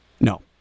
No